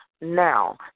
now